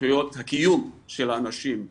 זכויות הקיום של האנשים,